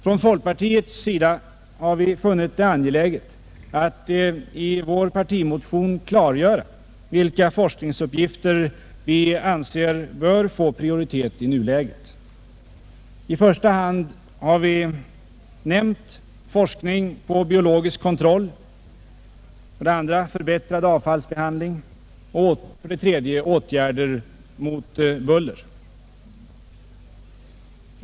Från folkpartiets sida har vi funnit det angeläget att i vår partimotion klargöra vilka forskningsuppgifter vi anser bör få prioritet i nuläget. I första rummet har vi nämnt forskning avseende biologisk kontroll, i andra rummet förbättrad avfallsbehandling och i tredje rummet åtgärder mot buller.